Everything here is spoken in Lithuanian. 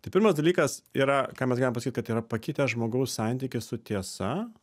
tai pirmas dalykas yra ką mes galim pasakyt kad yra pakitęs žmogaus santykis su tiesa